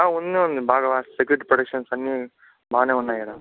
ఉంది ఉంది బాగా సెక్యూరిటీ ప్రెడిక్షన్స్ అన్ని బాగానే ఉన్నాయి